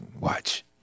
Watch